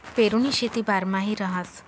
पेरुनी शेती बारमाही रहास